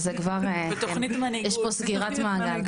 אז יש פה סגירת מעגל,